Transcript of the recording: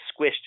squished